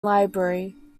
library